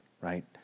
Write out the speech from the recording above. right